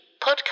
podcast